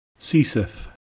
Ceaseth